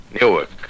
Newark